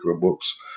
books